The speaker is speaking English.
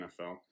NFL